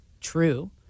true